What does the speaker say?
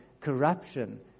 corruption